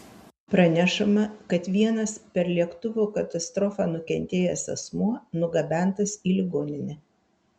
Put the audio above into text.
pranešama kad vienas per lėktuvo katastrofą nukentėjęs asmuo nugabentas į ligoninę